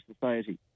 society